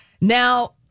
Now